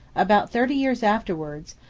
about thirty years afterwards,